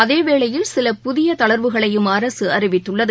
அதேவேளையில் சில புதியதளர்வுகளையும் அரசுஅறிவித்துள்ளது